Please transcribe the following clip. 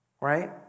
Right